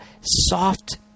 soft